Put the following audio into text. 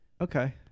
Okay